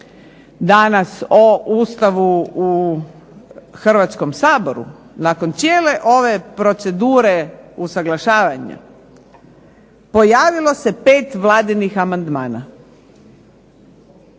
danas o Ustavu u Hrvatskom saboru, nakon cijele ove procedure usaglašavanja pojavilo se 5 vladinih amandmana.